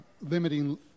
limiting